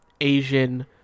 Asian